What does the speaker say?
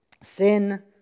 sin